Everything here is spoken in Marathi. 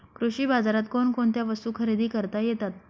कृषी बाजारात कोणकोणत्या वस्तू खरेदी करता येतात